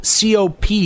COP